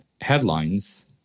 headlines